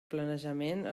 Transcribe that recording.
planejament